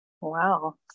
wow